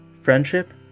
friendship